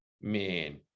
Man